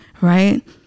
Right